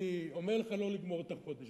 אני אומר: לא לגמור את החודש,